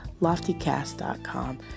Loftycast.com